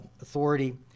Authority